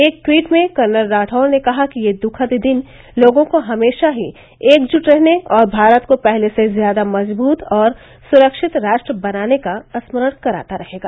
एक ट्वीट में कर्नल राठौड़ ने कहा कि यह दुखद दिन लोगों को हमेशा ही एकजुट रहने और भारत को पहले से ज्यादा मजबूत और सुरक्षित राष्ट्र बनाने का स्मरण कराता रहेगा